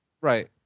right